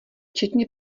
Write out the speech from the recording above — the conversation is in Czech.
včetně